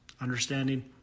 understanding